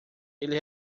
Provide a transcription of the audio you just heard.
ele